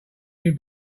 you